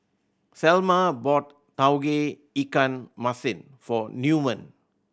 Selma bought Tauge Ikan Masin for Newman